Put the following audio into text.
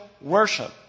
worship